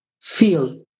feel